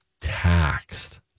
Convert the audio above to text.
taxed